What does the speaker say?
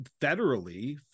federally